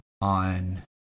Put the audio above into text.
on